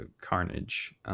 carnage